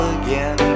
again